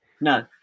No